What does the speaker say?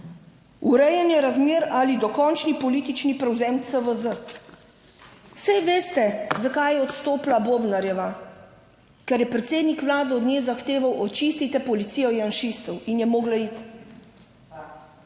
Urejanje razmer ali dokončni politični prevzem CVZ? Saj veste, zakaj je odstopila Bobnarjeva. Ker je predsednik vlade od nje zahteval, očistite policijo janšistov. In je mogla iti.